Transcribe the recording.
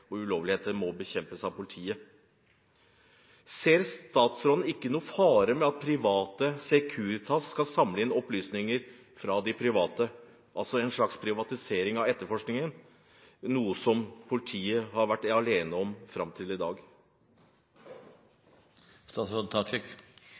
og ulovlighet må bekjempes av politiet. Ser statsråden ingen fare ved at private – Securitas – skal samle inn opplysninger fra de private – altså en slags privatisering av etterforskningen som politiet har vært alene om fram til i dag?